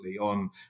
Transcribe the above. on